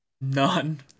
None